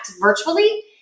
virtually